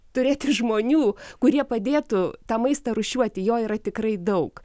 turėti žmonių kurie padėtų tą maistą rūšiuoti jo yra tikrai daug